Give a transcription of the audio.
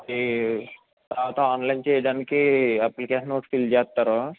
ఈ తర్వాత ఆన్లైన్లో చేయడానికి అప్లికేషన్ ఒకటి ఫిల్ చేస్తారు